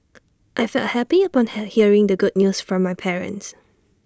I felt happy upon her hearing the good news from my parents